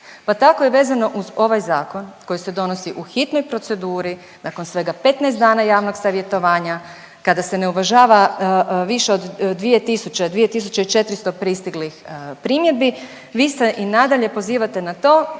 Pa tako i vezano uz ovaj zakon koji se donosi u hitnoj proceduri nakon svega 15 dana javnog savjetovanja kada se ne uvažava više od 2 tisuće, 2 tisuće 400 pristiglih primjedbi, vi se i nadalje pozivate na to